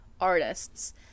artists